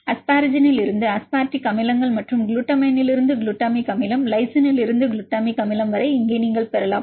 asparagine லில்இருந்து aspartic அமிலங்கள் மற்றும் குளுட்டமைன் லில்இருந்து குளுட்டமிக் அமிலம் லைசின் லில்இருந்து குளுட்டமிக் அமிலம் வரை இங்கே நீங்கள் பெறலாம்